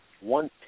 one